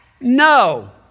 no